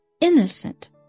innocent